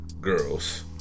Girls